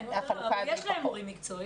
אבל יש להם מורים מקצועיים.